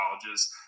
colleges